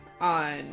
on